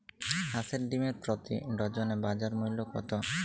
হাঁস ডিমের প্রতি ডজনে বাজার মূল্য কত?